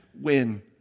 win